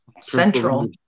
Central